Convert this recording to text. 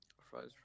Fries